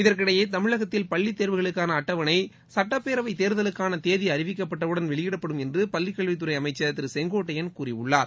இதற்கிடையே தமிழகத்தில் பள்ளித் தேர்வுகளுக்கான அட்டவணை சட்டப்பேரவைத் தேர்தலுக்கான தேதி அறிவிக்கப்பட்டவுடன் வெளியிடப்படும் என்று பள்ளிக் கல்வித்துறை அமைச்சர் திரு செங்கோட்டையள் கூறியுள்ளார்